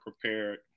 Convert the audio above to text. prepared